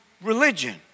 religion